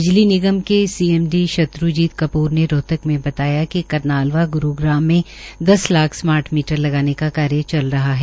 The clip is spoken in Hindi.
बिजली निगम के C M D Shatrujeet Kapoor ने रोहतक में बताया कि करनाल व ग्रूग्राम में दस लाख स्मार्ट मीटर लगाने का कार्य चल रहा है